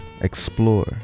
explore